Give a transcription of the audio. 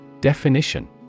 Definition